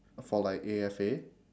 for like A_F_A